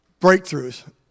breakthroughs